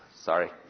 Sorry